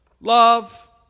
love